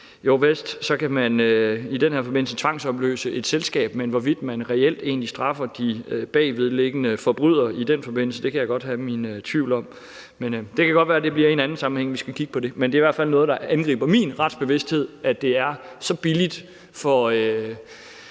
på. Vist kan man i den her forbindelse tvangsopløse et selskab, men hvorvidt man reelt egentlig straffer de bagvedliggende forbrydere i den forbindelse, kan jeg godt have min tvivl om, men det kan godt være, at det bliver i en anden sammenhæng, vi skal kigge på det. Det er i hvert fald noget, der angriber min retsbevidsthed, at det er så billigt for